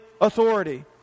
authority